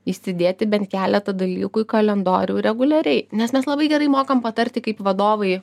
įsidėti bent keletą dalykų į kalendorių reguliariai nes mes labai gerai mokam patarti kaip vadovui